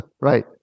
Right